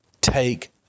take